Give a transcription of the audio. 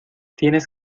tienes